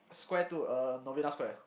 Square Two uh Novena-Square